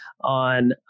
on